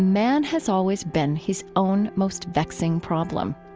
man has always been his own most vexing problem.